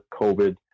COVID